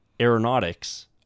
aeronautics